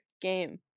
game